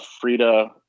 Frida